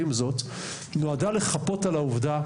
נועדה לחפות על העובדה,